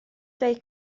dweud